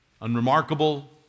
unremarkable